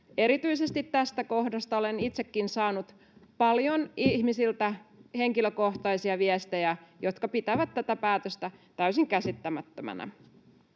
Erityisesti tästä kohdasta olen itsekin saanut paljon ihmisiltä henkilökohtaisia viestejä, joissa pidetään tätä päätöstä täysin käsittämättömänä.